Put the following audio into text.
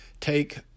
take